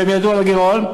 והם ידעו על הגירעון,